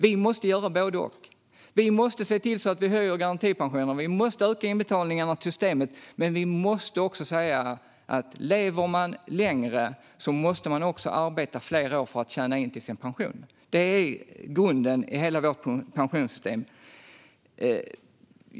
Vi måste göra både och. Vi måste höja garantipensionen och öka inbetalningarna till systemet, men vi måste också säga att lever man längre måste man också arbeta fler år för att tjäna in till sin pension. Det är grunden i hela vårt pensionssystem.